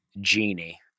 genie